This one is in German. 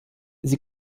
sie